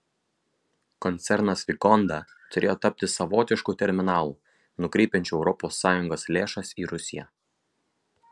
koncernas vikonda turėjo tapti savotišku terminalu nukreipiančiu europos sąjungos lėšas į rusiją